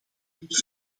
dit